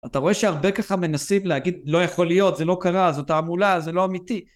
אתה רואה שהרבה ככה מנסים להגיד לא יכול להיות, זה לא קרה, זאת תעמולה, זה לא אמיתי.